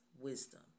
wisdom